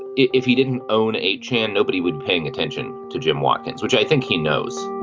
if he didn't own a chair nobody would paying attention to jim watkins which i think he knows.